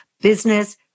business